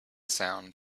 sound